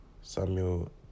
Samuel